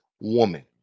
woman